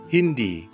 Hindi